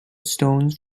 stones